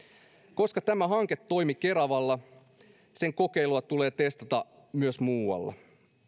koska tämä hanke toimi keravalla sen kokeilua tulee testata myös muualla